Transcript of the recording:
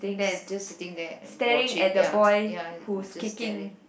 just sitting there and watching ya ya just staring